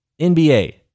NBA